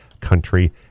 Country